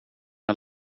een